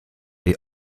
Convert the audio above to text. est